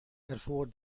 ervoor